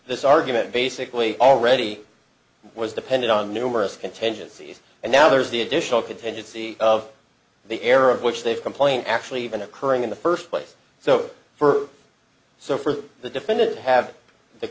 this argument basically already was depended on numerous contingencies and now there's the additional contingency of the error of which they've complained actually been occurring in the first place so for so for the defendant having the